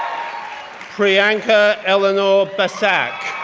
priyanka eleanor basak,